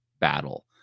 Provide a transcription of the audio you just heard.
battle